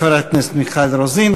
תודה לחברת הכנסת מיכל רוזין.